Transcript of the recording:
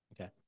Okay